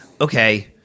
Okay